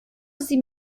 sie